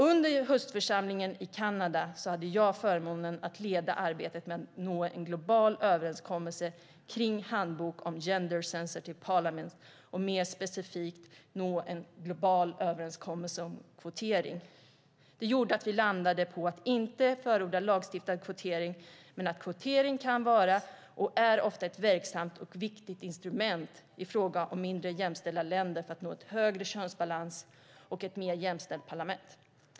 Under höstförsamlingen i Kanada hade jag förmånen att leda arbetet med att nå en global överenskommelse om en handbok om gender-sensitive parliaments och mer specifikt nå en global överenskommelse om kvotering. Vi landade i att inte förorda lagstiftad kvotering men menar att kvotering kan vara och är ofta ett verksamt och viktigt instrument i många mindre jämställda länder för att nå en större könsbalans och ett mer jämställt parlament.